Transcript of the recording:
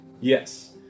Yes